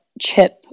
chip